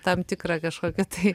tam tikrą kažkokį tai